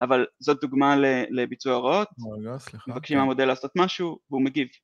אבל זאת דוגמה לביצוע הוראות, מבקשים מהמודל לעשות משהו והוא מגיב